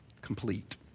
complete